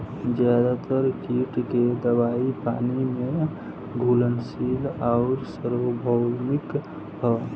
ज्यादातर कीट के दवाई पानी में घुलनशील आउर सार्वभौमिक ह?